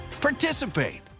participate